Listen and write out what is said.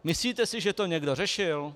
Myslíte si, že to někdo řešil?